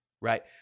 Right